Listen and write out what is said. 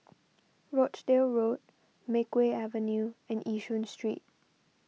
Rochdale Road Makeway Avenue and Yishun Street